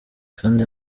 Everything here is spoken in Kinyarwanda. kanda